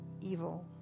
evil